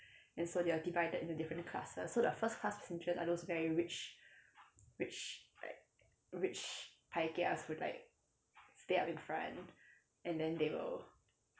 and so they are divided into different classes so the first class passengers are those very rich rich like rich pai kias who like stay up in front and then they will